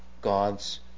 God's